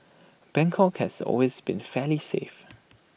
Bangkok has always been fairly safe